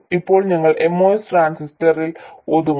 ഇപ്പോൾ ഞങ്ങൾ MOS ട്രാൻസിസ്റ്ററിൽ ഒതുങ്ങും